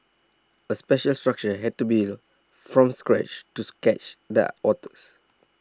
a special structure had to built from scratch to catch the otters